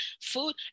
food